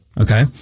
okay